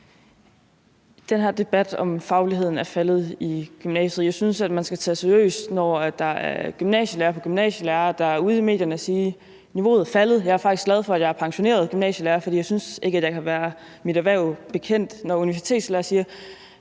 Den her debat om, at fagligheden i gymnasiet er faldet, synes jeg man skal tage seriøst, når der er gymnasielærer på gymnasielærer, der er ude i medierne at sige: Niveauet er faldet; jeg er faktisk glad for, at jeg er pensioneret gymnasielærer, fordi jeg ikke synes, at jeg kan være mit erhverv bekendt. Når universitetslærere siger,